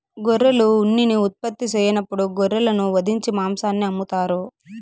గొర్రెలు ఉన్నిని ఉత్పత్తి సెయ్యనప్పుడు గొర్రెలను వధించి మాంసాన్ని అమ్ముతారు